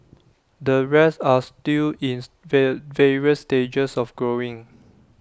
the rest are still in various stages of growing